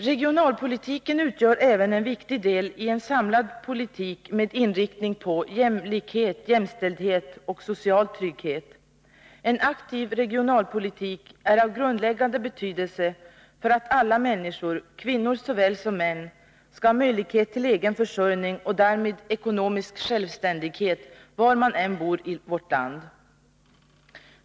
Regionalpolitiken utgör även en viktig del i en samlad politik med inriktning på jämlikhet, jämställdhet och social trygghet. En aktiv regionalpolitik är av grundläggande betydelse för att alla människor — kvinnor såväl som män — skall ha möjlighet till en egen försörjning och därmed ekonomisk självständighet var man än bor i vårt land.